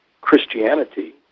Christianity